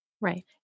Right